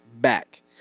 back